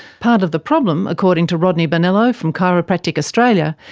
part of the problem, according to rodney bonello from chiropractic australia,